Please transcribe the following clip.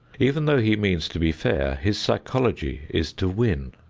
even though he means to be fair, his psychology is to win.